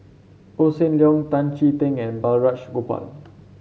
Hossan Leong Tan Chee Teck and Balraj Gopal